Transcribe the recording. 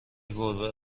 گربه